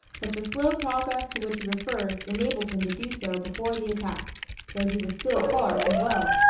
but the slow progress to which he refers, enabled him to do so before the attack though he was still far from well.